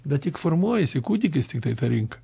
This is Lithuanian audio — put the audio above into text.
bet tik formuojasi kūdikis tiktai ta rinka